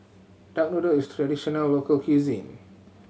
duck noodle is traditional local cuisine